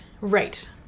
Right